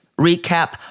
recap